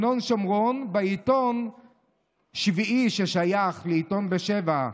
אמנון שומרון, בעיתון שביעי, ששייך לעיתון בשבע,